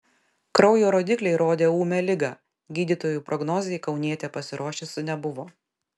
kraujo rodikliai rodė ūmią ligą gydytojų prognozei kaunietė pasiruošusi nebuvo